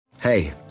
Hey